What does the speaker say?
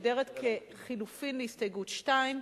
שמוגדרת חלופין להסתייגות 2,